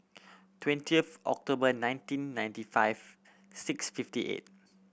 twenty of October nineteen ninety five six fifty eight